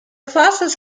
classes